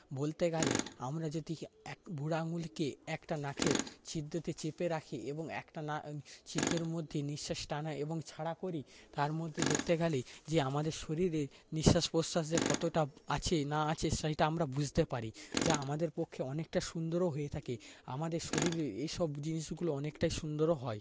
বলতে গেলে আমরা যদি এক বুড়ো আঙ্গুলকে একটা নাকের ছিদ্রতে চেপে রাখি এবং একটা ছিদ্রের মধ্যে নিঃশ্বাস টানা এবং ছাড়া করি তার মধ্যে দেখতে গেলে যে আমাদের শরীরে নিঃশ্বাস প্রশ্বাস যে কতটা আছে না আছে সেটা আমরা বুঝতে পারি যা আমাদের পক্ষে অনেকটা সুন্দরও হয়ে থাকে আমাদের শরীরের এইসব জিনিসগুলো অনেকটা সুন্দরও হয়